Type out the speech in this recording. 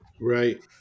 right